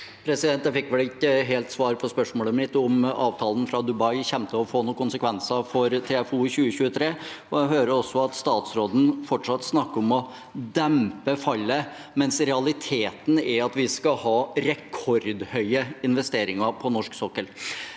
Jeg fikk vel ikke helt svar på spørsmålet mitt om avtalen fra Dubai kommer til å få noen konsekvenser for TFO 2023. Jeg hører også at statsråden fortsatt snakker om å dempe fallet, mens realiteten er at vi skal ha rekordhøye investeringer på norsk sokkel.